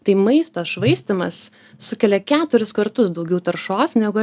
tai maisto švaistymas sukelia keturis kartus daugiau taršos negu